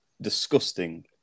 disgusting